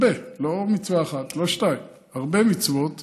הרבה, לא מצווה אחת, לא שתיים, הרבה מצוות